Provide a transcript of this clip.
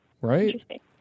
Right